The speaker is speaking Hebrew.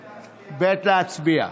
ב' להצביע.